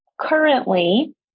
Currently